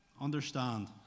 understand